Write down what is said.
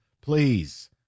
Please